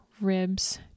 ribs